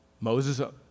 Moses